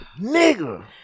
Nigga